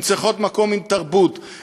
הן צריכות מקום עם תרבות,